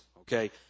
Okay